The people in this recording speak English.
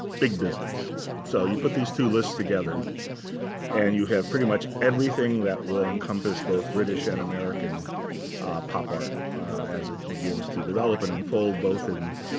big business. so you put these two lists together and you have pretty much everything that will encompass both british and american pop art as it begins to develop and unfold, both in